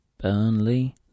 Burnley